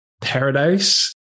paradise